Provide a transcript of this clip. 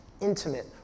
intimate